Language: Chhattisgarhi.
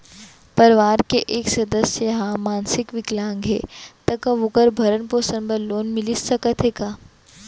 परवार के एक सदस्य हा मानसिक विकलांग हे त का वोकर भरण पोषण बर लोन मिलिस सकथे का?